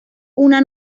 una